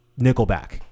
nickelback